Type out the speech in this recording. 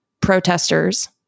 protesters